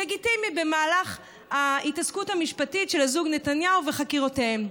לגיטימי במהלך ההתעסקות המשפטית של הזוג נתניהו וחקירותיהם.